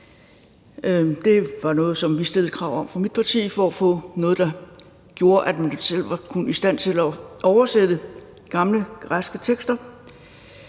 Det var noget, som vi stillede krav om fra mit partis side, for at få noget, der gjorde, at man selv kunne være i stand til at oversætte gamle græske tekster.